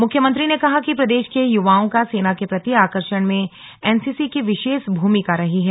मुख्यमंत्री ने कहा कि प्रदेश के युवाओं का सेना के प्रति आकर्षण में एनसीसी की विशेष भूमिका रही है